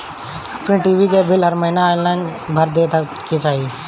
अपनी टी.वी के बिल हर महिना ऑनलाइन भर देवे के चाही